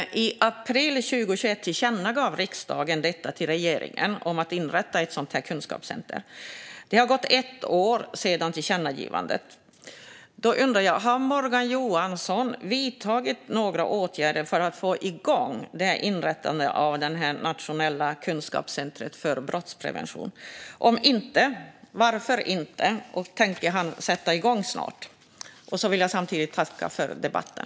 I april 2021 riktade riksdagen ett tillkännagivande till regeringen om att inrätta ett sådant kunskapscentrum. Det har gått ett år sedan tillkännagivandet. Jag undrar om Morgan Johansson har vidtagit några åtgärder för att få igång inrättandet av ett nationellt kunskapscentrum för brottsprevention. Om inte, varför inte? Och tänker han sätta igång snart? Jag vill samtidigt tacka för debatten.